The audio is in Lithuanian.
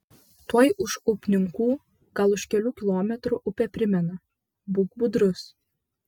tuoj už upninkų gal už kelių kilometrų upė primena būk budrus